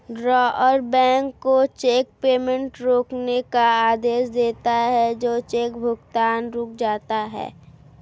drawer bank को cheque payment रोकने का आदेश देता है तो चेक भुगतान रुक जाता है